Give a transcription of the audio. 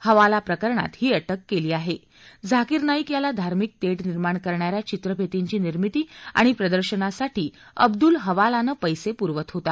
हवाला प्रकरणात ही अ क्रि कली आहा आकीर नाईक याला धार्मिक तद्दनिर्माण करणाऱ्या चित्रफितींची निर्मिती आणि प्रदर्शनासाठी अब्दुल हवालानपिंसपुरवत होता